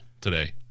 today